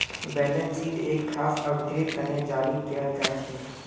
balance शीटक एक खास अवधिर तने जारी कियाल जा छे